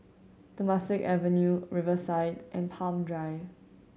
Temasek Avenue Riverside and Palm Drive